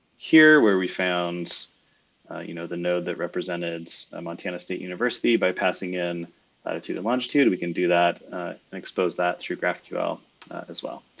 here, where we found you know, the node that represented montana state university by passing in latitude and longitude, we can do that and expose that through graphql as well.